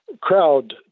crowd